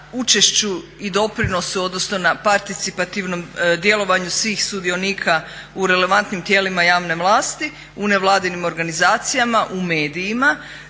učešću i doprinosu, odnosno na participativnom djelovanju svih sudionika u relevantnim tijelima javne vlasti, u nevladinim organizacijama, u medijima